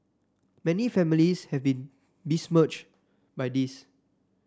many families have been besmirched by this